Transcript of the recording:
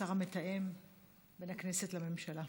השר המתאם בין הכנסת לממשלה.